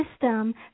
system